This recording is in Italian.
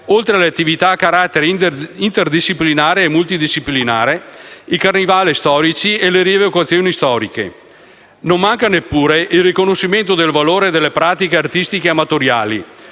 oltre alle attività a carattere interdisciplinare e multidisciplinare, i carnevali storici e le rievocazioni storiche. Non manca neppure il riconoscimento del valore delle pratiche artistiche amatoriali,